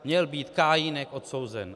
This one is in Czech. Měl být Kajínek odsouzen?